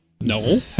no